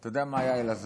אתה יודע מה היה אלעזר?